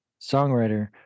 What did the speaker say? songwriter